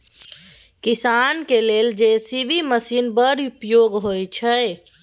किसानक लेल JCB machine बड़ उपयोगी होइ छै